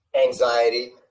anxiety